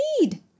need